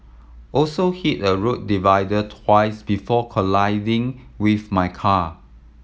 also hit a road divider twice before colliding with my car